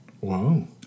Wow